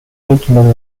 rythme